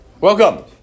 Welcome